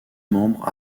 membre